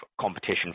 competition